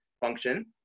function